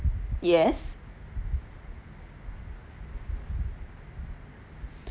yes